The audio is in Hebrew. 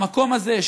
במקום הזה,